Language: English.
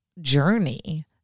journey